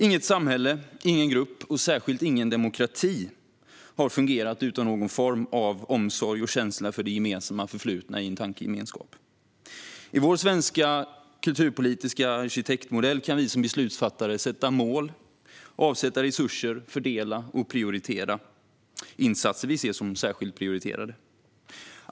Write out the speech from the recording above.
Inget samhälle, ingen grupp och särskilt ingen demokrati har fungerat utan någon form av omsorg om och känsla för det gemensamma förflutna i en tankegemenskap. I vår svenska kulturpolitiska arkitektmodell kan vi som beslutsfattare sätta upp mål och avsätta resurser samt fördela och prioritera insatser vi ser som särskilt prioriterade.